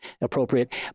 appropriate